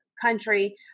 country